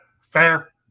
Fair